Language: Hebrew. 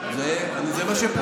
מה שאתה אומר,